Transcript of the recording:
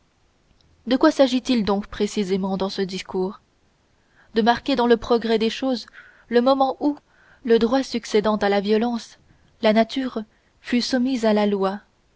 de quoi s'agit-il donc précisément dans ce discours de marquer dans le progrès des choses le moment où le droit succédant à la violence la nature fut soumise à la loi